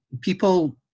People